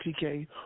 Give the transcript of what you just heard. TK